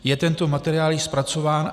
Je tento materiál již zpracován?